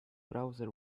browser